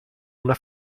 una